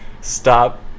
stop